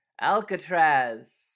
Alcatraz